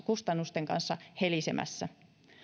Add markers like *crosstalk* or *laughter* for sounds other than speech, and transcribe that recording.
*unintelligible* kustannusten kanssa helisemässä